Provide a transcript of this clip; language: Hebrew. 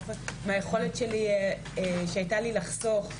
מהיכולת שהייתה לי לחסוך.